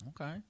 Okay